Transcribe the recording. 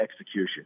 execution